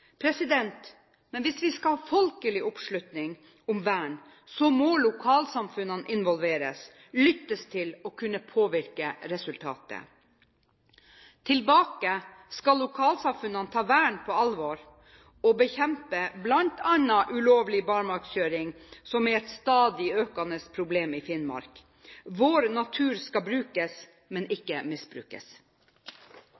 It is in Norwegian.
områder. Men hvis vi skal ha folkelig oppslutning om vern, må lokalsamfunnene involveres, lyttes til og kunne påvirke resultatet. Tilbake skal lokalsamfunnene ta vern på alvor og bekjempe bl.a. ulovlig barmarkskjøring, som er et stadig økende problem i Finnmark. Vår natur skal brukes, men